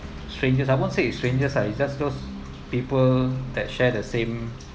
strangers I won't say it's strangers ah it's just those people that share the same